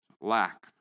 lack